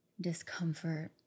discomfort